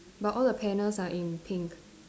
but all the panels are in pink